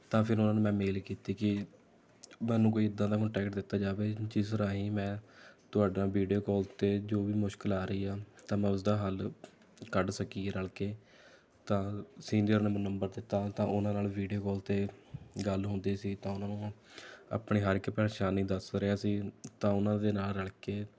ਤਾਂ ਫਿਰ ਉਹਨਾਂ ਨੂੰ ਮੈਂ ਮੇਲ ਕੀਤੀ ਕਿ ਮੈਨੂੰ ਕੋਈ ਇੱਦਾਂ ਦਾ ਕਾਨਟੈਕਟ ਦਿੱਤਾ ਜਾਵੇ ਜਿਸ ਰਾਹੀਂ ਮੈਂ ਤੁਹਾਡਾ ਵੀਡੀਉ ਕਾਲ 'ਤੇ ਜੋ ਵੀ ਮੁਸ਼ਕਿਲ ਆ ਰਹੀ ਹੈ ਤਾਂ ਮੈਂ ਉਸਦਾ ਹੱਲ ਕੱਢ ਸਕੀਏ ਰਲ ਕੇ ਤਾਂ ਸੀਨੀਅਰ ਨੇ ਮੈਨੂੰ ਨੰਬਰ ਦਿੱਤਾ ਤਾਂ ਉਹਨਾਂ ਨਾਲ ਵੀਡੀਉ ਕਾਲ 'ਤੇ ਗੱਲ ਹੁੰਦੀ ਸੀ ਤਾਂ ਉਹਨਾਂ ਨੂੰ ਆਪਣੇ ਹਰ ਇੱਕ ਪਰੇਸ਼ਾਨੀ ਦੱਸ ਰਿਹਾ ਸੀ ਤਾਂ ਉਹਨਾਂ ਦੇ ਨਾਲ ਰਲ ਕੇ